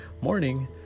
Morning